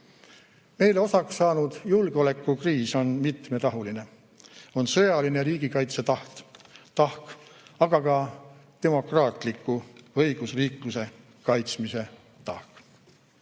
Meile osaks saanud julgeolekukriis on mitmetahuline. On sõjaline, riigikaitse tahk, aga on ka demokraatliku õigusriikluse kaitsmise tahk.